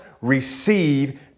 receive